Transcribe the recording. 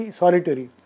solitary